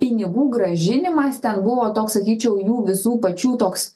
pinigų grąžinimas ten buvo toks sakyčiau jų visų pačių toks